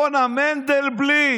למר מנדלבליט.